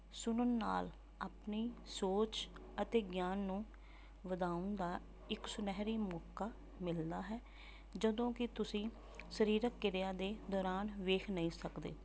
ਸੁਣਨ ਨਾਲ ਆਪਣੀ ਸੋਚ ਅਤੇ ਗਿਆਨ ਨੂੰ ਵਧਾਉਣ ਦਾ ਇੱਕ ਸੁਨਹਿਰੀ ਮੌਕਾ ਮਿਲਣਾ ਹੈ ਜਦੋਂ ਕਿ ਤੁਸੀਂ ਸਰੀਰਕ ਕਿਰਿਆ ਦੇ ਦੌਰਾਨ ਵੇਖ ਨਹੀਂ ਸਕਦੇ